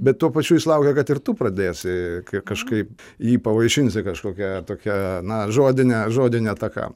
bet tuo pačiu jis laukia kad ir tu pradėsi kai kažkaip jį pavaišinsi kažkokia tokia na žodine žodine ataka